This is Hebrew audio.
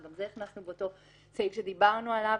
וגם את זה הכנסנו באותו סעיף שדיברנו עליו,